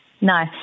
No